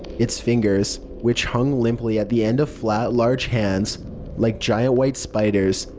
its fingers, which hung limply at the end of flat, large hands like giant white spiders,